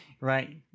right